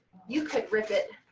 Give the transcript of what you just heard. you could rip it